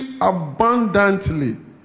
abundantly